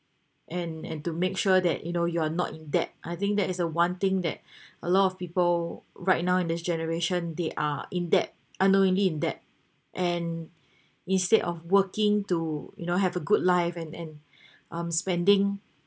and and to make sure that you know you're not in debt I think that is a one thing that a lot of people right now in this generation they are in debt unknowingly in debt and instead of working to you know have a good life and and um spending